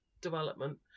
development